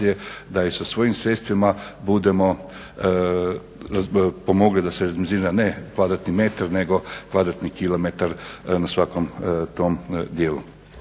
da i sa svojim sredstvima budemo pomogli da se razminira ne kvadratni metar, nego kvadratni kilometar na svakom tom dijelu.